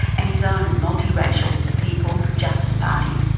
and his own multiracial people's justice party.